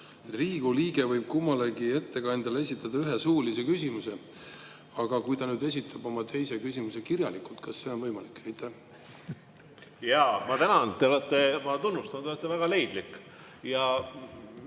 liige võib kummalegi ettekandjale esitada ühe suulise küsimuse." Aga kui ta esitab oma teise küsimuse kirjalikult? Kas see on võimalik? Ma tänan! Te olete, ma tunnustan, väga leidlik.